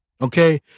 Okay